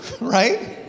right